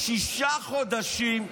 שישה חודשים,